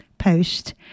post